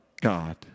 God